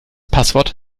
passwort